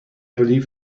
believe